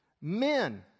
Men